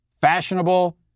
Fashionable